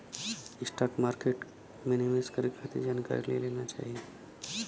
stock market में निवेश करे खातिर जानकारी ले लेना चाही